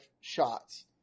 shots